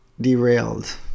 Derailed